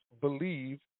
believe